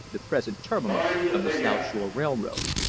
the present terminal of the south shore railroad.